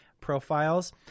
profiles